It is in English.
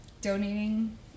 donating